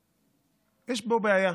יש פה בעיה,